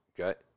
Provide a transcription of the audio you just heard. Okay